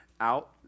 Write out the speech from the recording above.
out